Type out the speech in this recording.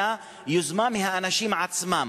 אלא יוזמה מהאנשים עצמם,